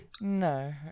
No